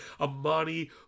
Amani